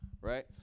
right